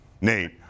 Nate